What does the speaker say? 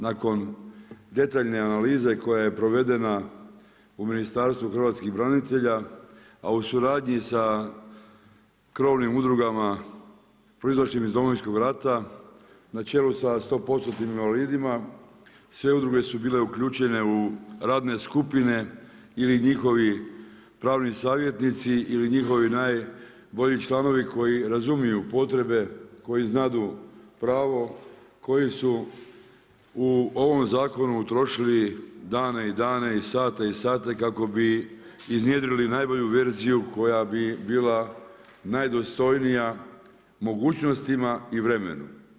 Nakon detaljne analize koja je provedena u Ministarstvu hrvatskih branitelja a u suradnji sa krovnim udrugama proizašlim iz Domovinskog rata na čelu sa 100%-tnim invalidima, sve udruge su bile uključene u radne skupine ili njihovi pravni savjetnici ili njihovi najbolji članovi koji razumiju potrebe, koji znaju pravo, koji su u ovom zakonu utrošili dane i dane, sate i sate kako bi iznjedrili najbolju verziju koja bi bila najdostojnija mogućnostima i vremenu.